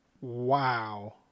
wow